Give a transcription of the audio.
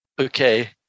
Okay